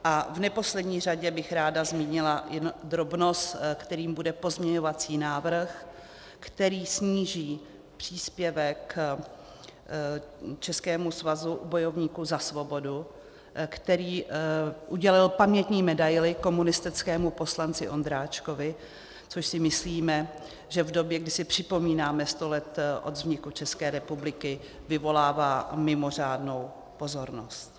A v neposlední řadě bych ráda zmínila drobnost, kterou bude pozměňovací návrh, který sníží příspěvek Českému svazu bojovníků za svobodu, který udělil pamětní medaili komunistickému poslanci Ondráčkovi, což si myslíme, že v době, kdy si připomínáme 100 let od vzniku České republiky, vyvolává mimořádnou pozornost.